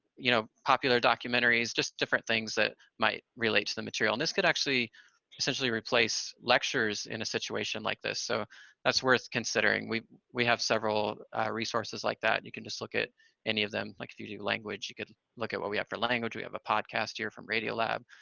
you know, popular documentaries, just different things that might relate to the material, and this could actually essentially replace lectures in a situation like this, so that's worth considering we we have several resources like that. you can just look at any of them. like if you do language, you could look at what we have for language. we have a podcast year from radio lab,